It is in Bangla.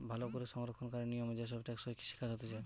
ভালো করে সংরক্ষণকারী নিয়মে যে সব টেকসই কৃষি কাজ হতিছে